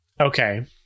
Okay